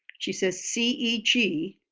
she says see e g,